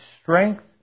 strength